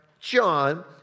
John